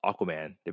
Aquaman